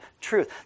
truth